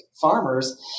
farmers